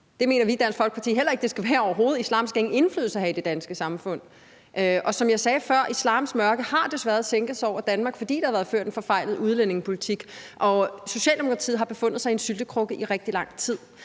Det mener vi i Dansk Folkeparti heller ikke det skal være, overhovedet ikke. Islam skal ingen indflydelse have i det danske samfund. Som jeg sagde før, har islams mørke desværre sænket sig over Danmark, fordi der har været ført en forfejlet udlændingepolitik, og Socialdemokratiet har befundet sig i en syltekrukke i rigtig lang tid.